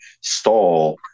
stall